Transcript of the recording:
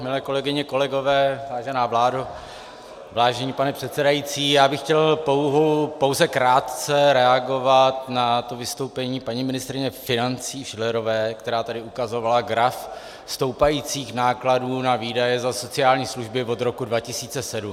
Milé kolegyně, kolegové, vážená vládo, vážený pane předsedající, já bych chtěl pouze krátce reagovat na to vystoupení paní ministryně financí Schillerové, která tady ukazovala graf stoupajících nákladů na výdaje za sociální služby od roku 2007.